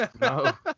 No